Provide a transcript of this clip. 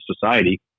society